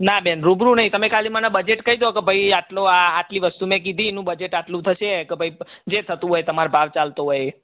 ના બેન રૂબરૂ નહીં તમે ખાલી મને બજેટ કહી દો કે ભાઈ આટલો આ આટલી વસ્તુ મેં કીધી એનું બજેટ આટલું થશે કે ભાઈ જે થતું હોય તમારે ભાવ ચાલતો હોય એ